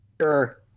Sure